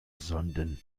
sonden